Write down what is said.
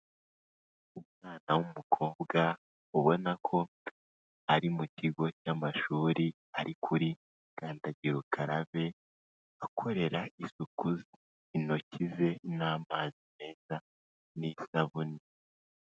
Umwana w'umukobwa ubona ko ari mu kigo cy'amashuri, ari kuri kandagira ukarabe, akorera isuku intoki ze n'amazi meza n'isabune.